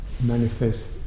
manifest